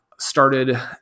started